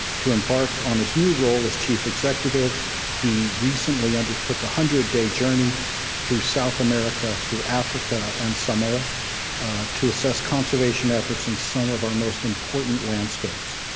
to embark on this new role as chief executive, he recently undertook one ah hundred day journey through south america, through africa and samoa to assess conservation efforts in some of our most important landscapes.